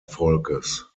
volkes